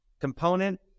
component